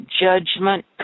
judgment